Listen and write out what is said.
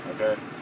okay